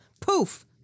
poof